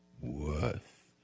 worth